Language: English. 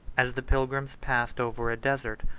as the pilgrims passed over a desert,